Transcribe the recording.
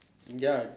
ya